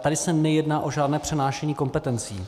Tady se nejedná o žádné přenášení kompetencí.